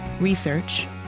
research